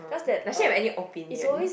does she have any opinion